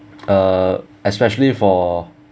uh especially for